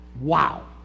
Wow